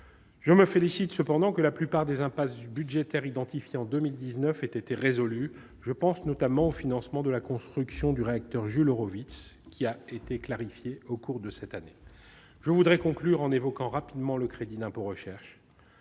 Je me félicite cependant que la plupart des impasses budgétaires identifiées en 2019 aient été résolues. Je pense notamment au financement de la construction du réacteur de recherche Jules Horowitz, qui a été clarifié en cours d'année. Avant de conclure, j'évoquerai rapidement le crédit d'impôt recherche.